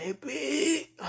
baby